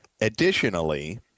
Additionally